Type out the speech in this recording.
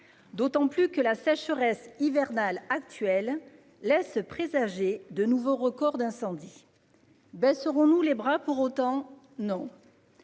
d'autant plus que la sécheresse hivernale actuelle laisse présager de nouveaux records d'incendies. Baisserons-nous les bras pour autant ? Non